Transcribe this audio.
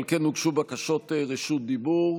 אבל כן הוגשו בקשות רשות דיבור.